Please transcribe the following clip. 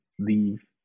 leave